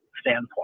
standpoint